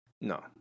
no